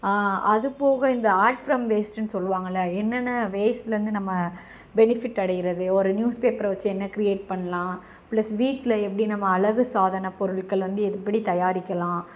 அது போக இந்த ஆர்ட் ஃப்ரம் வேஸ்ட்டுன்னு சொல்லுவாங்கள்ல என்னென்ன வேஸ்ட்லேருந்து நம்ம பெனிஃபிட் அடைகிறது ஒரு நியூஸ் பேப்பரை வச்சு என்ன க்ரியேட் பண்ணலாம் ப்ளஸ் வீட்டில எப்படி நம்ம அழகு சாதனப் பொருள்கள் வந்து எப்படி தயாரிக்கலாம்